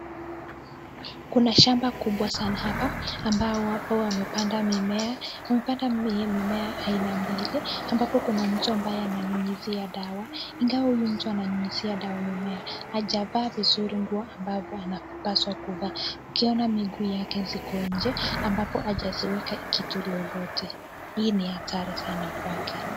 Kuna shamba kubwa sana hapa ambao hapo wamepanda mimea, wamepanda mimea aina mbili ambapo kuna mtu ambaye ananyunyizia dawa, ingawa huyu mtu ananyunyizia dawa mimea ,hajavaa vizuri nguo ambavyo anapaswa kuvaa, ukiona miguu zake ziko nje ambapo hajaziweka kitu lolote. Hii ni hatari sana kwake.